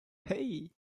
hey